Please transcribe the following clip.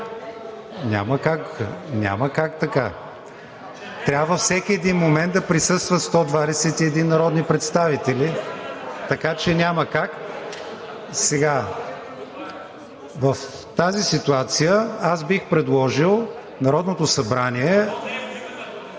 няма как. Трябва във всеки един момент да присъстват 121 народни представители, така че няма как. В тази ситуация аз бих предложил Народното събрание...